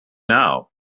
now